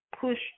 Push